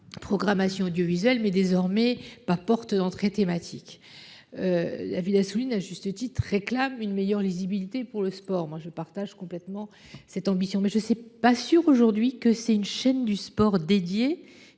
Programmation audiovisuelle mais désormais pas porte d'entrée thématiques. David Assouline à juste titre réclament une meilleure lisibilité pour le sport moi je partage complètement cette ambition mais je sais. Pas sûr aujourd'hui que c'est une chaîne du sport dédié